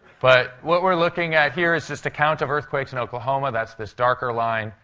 but what we're looking at here is just a count of earthquakes in oklahoma. that's this darker line.